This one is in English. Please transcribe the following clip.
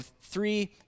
three